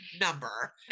number